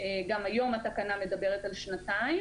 כבר היום התקנה מדברת על שנתיים.